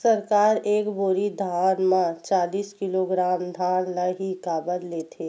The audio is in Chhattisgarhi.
सरकार एक बोरी धान म चालीस किलोग्राम धान ल ही काबर लेथे?